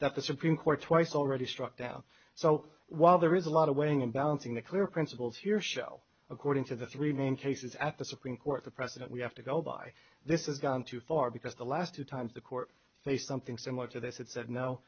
that the supreme court twice already struck down so while there is a lot of weighing and balancing the clear principles here show according to the three main cases at the supreme court the precedent we have to go by this is gone too far because the last two times the court say something similar to this it said no